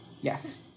yes